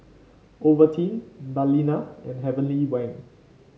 Ovaltine Balina and Heavenly Wang